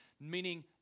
Meaning